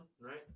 right